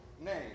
name